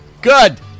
Good